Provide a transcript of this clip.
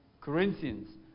Corinthians